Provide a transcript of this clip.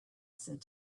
said